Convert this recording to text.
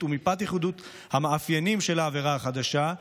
ומפאת ייחודיות המאפיינים של העבירה החדשה,